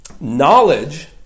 Knowledge